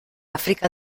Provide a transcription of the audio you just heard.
áfrica